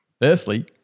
Firstly